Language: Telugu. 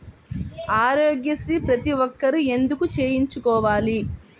ఆరోగ్యశ్రీ ప్రతి ఒక్కరూ ఎందుకు చేయించుకోవాలి?